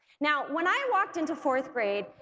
now, when i walked into fourth grade,